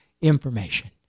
information